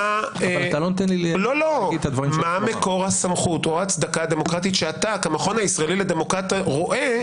מה מקור הסמכות או ההצדקה הדמוקרטית שאתה כמכון הישראלי לדמוקרטיה רואה.